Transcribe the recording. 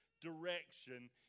direction